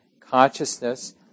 consciousness